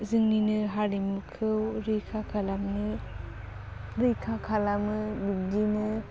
जोंनिनो हारिमुखौ रैखा खालामनो रैखा खालामो बिब्दिनो